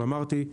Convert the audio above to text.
אבל אמרתי,